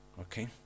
okay